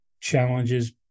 challenges